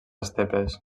estepes